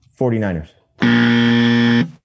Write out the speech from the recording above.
49ers